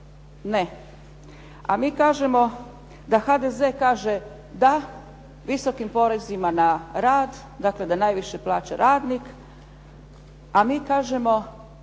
ne, a mi kažemo da HDZ kaže da visokim porezima na rada, dakle, da najviše plaća radnik a mi kažemo